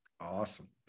Awesome